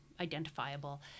identifiable